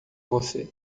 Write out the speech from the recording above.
você